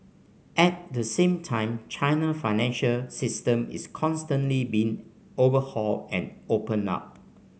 at the same time China financial system is constantly being overhaul and opened up